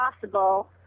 possible